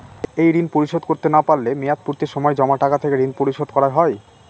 এই ঋণ পরিশোধ করতে না পারলে মেয়াদপূর্তির সময় জমা টাকা থেকে ঋণ পরিশোধ করা হয়?